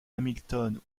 hamilton